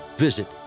Visit